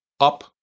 up